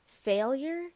failure